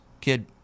kid